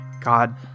God